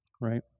right